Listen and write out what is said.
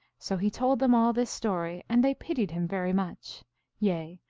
so he told them all this story, and they pitied him very much yea,